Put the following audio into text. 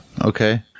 Okay